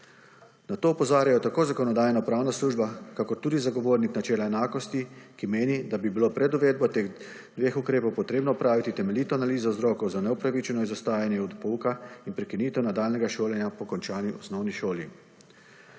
Na to opozarjajo tako Zakonodajno-pravna služba kakor tudi Zagovornik načela enakosti, ki meni, da bi bili pred uvedbo teh dveh ukrepov potrebno opraviti temeljito analizo vzrokov za neupravičeno izostajanje od pouka in prekinitev nadaljnjega šolanja po končani osnovni šoli.